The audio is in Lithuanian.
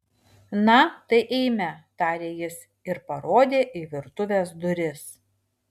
na tai eime tarė jis ir parodė į virtuvės duris